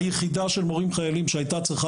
היחידה של המורים החיילים שהייתה צריכה